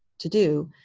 to do?